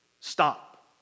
stop